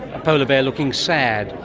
a polar bear looking sad,